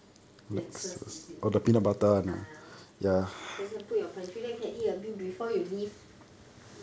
nexus is it then can put in your pantry then can eat a bit before you leave